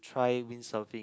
try windsurfing